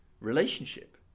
relationship